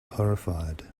horrified